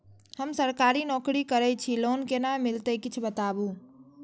हम सरकारी नौकरी करै छी लोन केना मिलते कीछ बताबु?